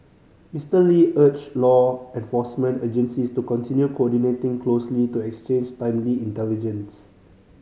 Mister Lee urged law enforcement agencies to continue coordinating closely to exchange timely intelligence